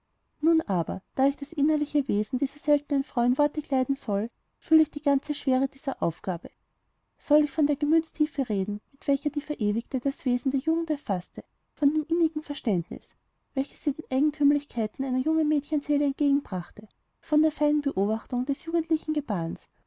nun aber da ich das innerliche wesen dieser seltenen frau in worte kleiden soll fühle ich die ganze schwere dieser aufgabe soll ich von der gemütstiefe reden mit welcher die verewigte das wesen der jugend erfaßte von dem innigen verständnis welches sie den eigentümlichkeiten einer jungen mädchenseele entgegenbrachte von der feinen beobachtung des jugendlichen gebarens